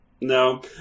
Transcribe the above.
No